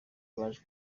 baje